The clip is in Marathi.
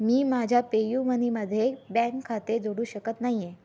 मी माझ्या पेयुमनीमध्ये बँक खाते जोडू शकत नाही आहे